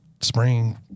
spring